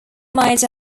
made